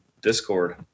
Discord